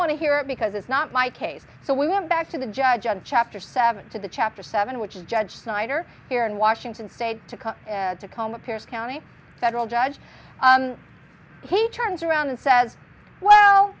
want to hear it because it's not my case the way went back to the judge on chapter seven of the chapter seven which is judge snyder here in washington state to come as a coma pierce county federal judge he turns around and says well